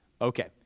Okay